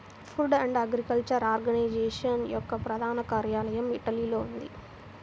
food and agriculture organization యొక్క ప్రధాన కార్యాలయం ఇటలీలో ఉంది